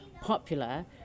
popular